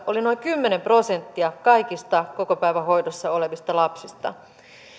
oli noin kymmenen prosenttia kaikista kokopäivähoidossa olevista lapsista